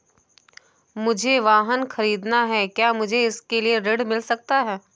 मुझे वाहन ख़रीदना है क्या मुझे इसके लिए ऋण मिल सकता है?